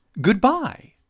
Goodbye